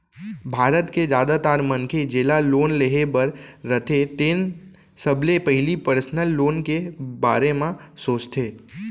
भारत के जादातर मनखे जेला लोन लेहे बर रथे तेन सबले पहिली पर्सनल लोन के बारे म सोचथे